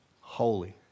holy